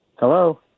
Hello